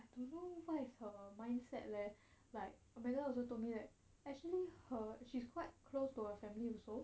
I don't know why is her mindset leh like amanda also told me that actually her she's quite close to her family also